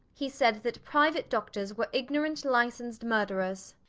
he said that private doctors were ignorant licensed murderers.